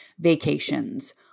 vacations